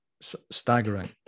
staggering